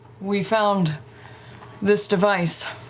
we found this device.